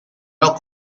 not